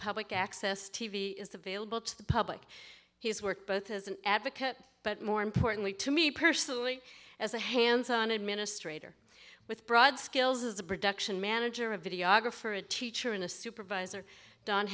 public access t v is available to the public he's worked both as an advocate but more importantly to me personally as a hands on administrator with broad skills as a production manager a videographer a teacher in a supervisor don